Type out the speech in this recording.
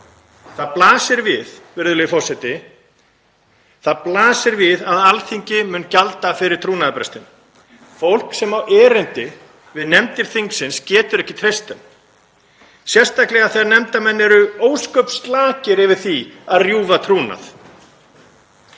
Það blasir við, virðulegi forseti, að Alþingi mun gjalda fyrir trúnaðarbrestinn. Fólk sem á erindi við nefndir þingsins getur ekki treyst þeim, sérstaklega þegar nefndarmenn eru ósköp slakir yfir því að rjúfa trúnað.